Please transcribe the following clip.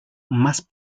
más